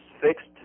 fixed